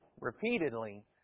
repeatedly